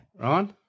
Right